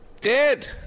dead